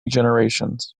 generations